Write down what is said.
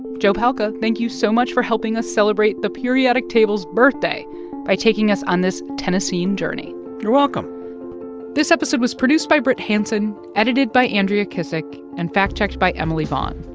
joe palca, thank you so much for helping us celebrate the periodic table's birthday by taking us on this tennessine journey you're welcome this episode was produced by brit hanson, edited by andrea kissack and fact-checked by emily vaughn.